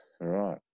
Right